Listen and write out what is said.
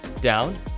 down